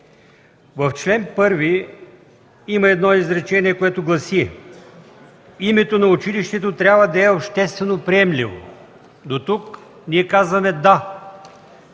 В ал. 1 има едно изречение, което гласи: „Името на училището трябва да е обществено приемливо”. Дотук ние казваме „да”,